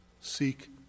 Seek